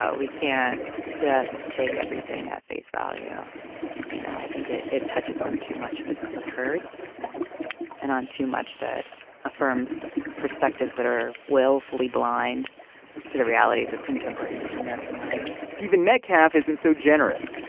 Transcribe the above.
ah we can't says take everything at face value you know. i think it it touches on too much that still hurts and on too much that affirms perspectives that are willfully blind to the realities of contemporary native american life stephen metcalf isn't so generous.